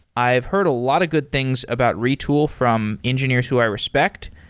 i've heard a lot of good things about retool from engineers who i respect.